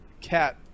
cat